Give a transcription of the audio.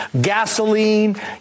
gasoline